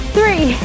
Three